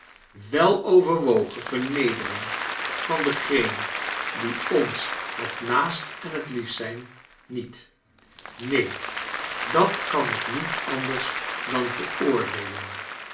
wel overwogen vernedering van degenen die ons het naast en het liefst zijn niet neen dat kan ik niet anders dan veroordeelen